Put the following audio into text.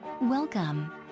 welcome